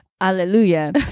hallelujah